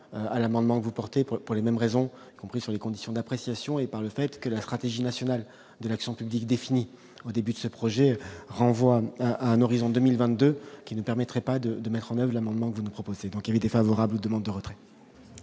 à l'amendement que vous portez pour pour les mêmes raisons compris sur les conditions d'appréciation et par le fait que la stratégie nationale de l'action publique définie au début de ce projet renvoie un horizon 2020, 2 qui ne permettrait pas de de mettre en 9 l'amendement que vous nous proposez donc éviter favorable, demandes de retrait.